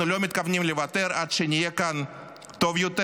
אנחנו לא מתכוונים לוותר עד שיהיה כאן טוב יותר,